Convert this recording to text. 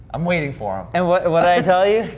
i'm waiting for em. and what'd what'd i tell you?